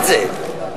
הם לא אמרו את זה.